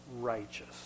righteous